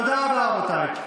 תודה רבה, רבותיי.